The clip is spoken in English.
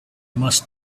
must